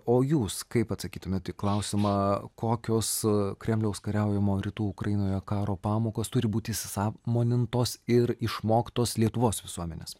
o jūs kaip atsakytumėt į klausimą kokios kremliaus kariaujamo rytų ukrainoje karo pamokos turi būti įsisąmonintos ir išmoktos lietuvos visuomenės